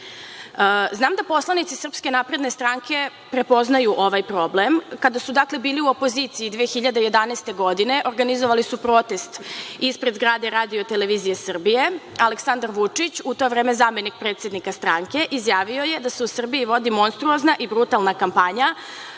da poslanici Srpske napredne stranke prepoznaju ovaj problem. Kada su bili u opoziciji 2011. godine, organizovali su protest ispred zgrade Radio televizije Srbije. Aleksandar Vučić, u to vreme zamenik predsednika stranke, izjavio je da se u Srbiji vodi monstruozna i brutalna kampanja